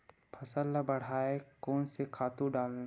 फसल ल बढ़ाय कोन से खातु डालन?